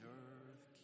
earth